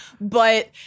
But-